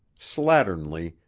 slatternly,